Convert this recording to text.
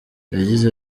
yagize